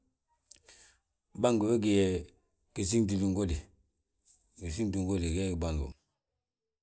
Bangí we gí gee gisíŋtilin gudi, gisiŋtin gudi wee wi bangi gíw.